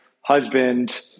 husband